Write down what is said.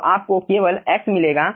तो आपको केवल x मिलेगा